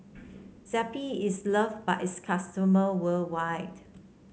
Zappy is loved by its customer worldwide